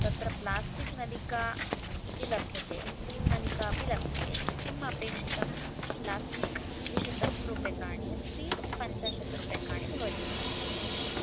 तत्र प्लास्टिक् नलिका इति लभ्यते स्टील् नलिका अपि लभ्यते किम् अपेक्षितं प्लास्टिक् द्विशतं रूप्यकाणि स्टील् पञ्चाशत् रूप्यकाणि भवति